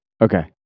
okay